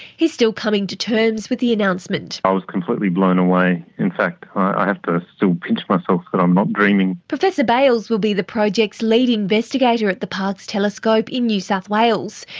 he's still coming to terms with the announcement. i was completely blown away. in fact ah i have to still pinch myself that i'm not dreaming. professor bailes will be the project's lead investigator at the parkes telescope in new south wales.